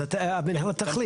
אז המינהלת תחליט.